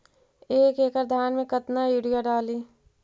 एक एकड़ धान मे कतना यूरिया डाली?